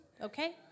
okay